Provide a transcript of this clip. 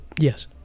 yes